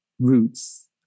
roots